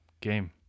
game